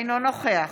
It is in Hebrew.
אינו נוכח